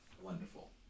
Wonderful